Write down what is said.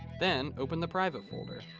then open the private folder.